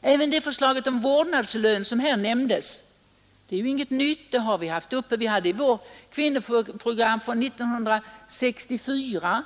Det förslag om vårdnadslön som här nämndes är inte nytt. Det hade vi med i vårt kvinnoprogram från 1964.